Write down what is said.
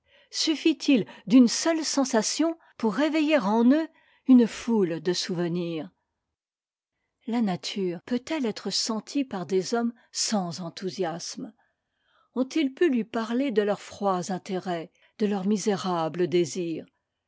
suffit-il d'une seule sensation pour réveiller en eux une foule de souvenirs la nature peut-elle être sentie par des hommes sans enthousiasme ont-ils pu lui parler de leurs froids intérêts de leurs misérables désirs